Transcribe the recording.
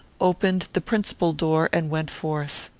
opened the principal door and went forth.